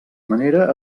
manera